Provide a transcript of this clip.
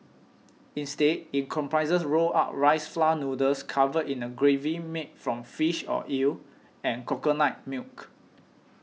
instead it comprises rolled up rice flour noodles covered in a gravy made from fish or eel and coconut milk